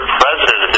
president